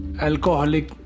alcoholic